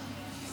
אני